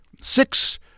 six